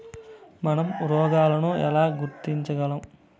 మనం రోగాలను ఎలా గుర్తించగలం?